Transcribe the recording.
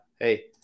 hey